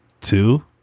Two